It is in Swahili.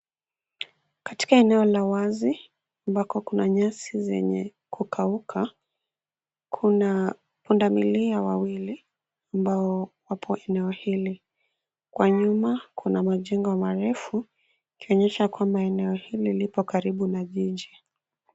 Katika eneo la wazi ambako kuna nyasi zenye kukauka. Kuna pundamilia wawili ambao wapo eneo hili, kwa nyuma kuna majengo marefu yakionyesha kwamba eneo hili lipo karibu na jiji.